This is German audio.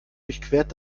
durchquert